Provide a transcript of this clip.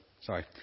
sorry